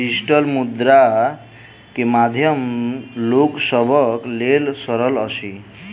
digital मुद्रा के माध्यम लोक सभक लेल सरल अछि